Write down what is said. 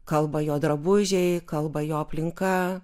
kalba jo drabužiai kalba jo aplinka